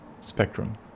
Spectrum